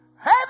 Hey